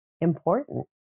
important